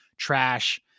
Trash